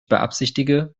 beabsichtige